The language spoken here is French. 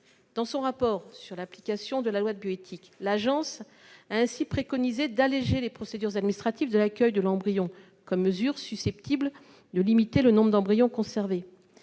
Dans son rapport sur l'application de la loi de bioéthique, l'Agence de la biomédecine préconise l'allégement des procédures administratives liées à l'accueil de l'embryon comme mesure susceptible de limiter le nombre d'embryons conservés.